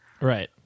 Right